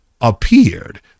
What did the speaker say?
appeared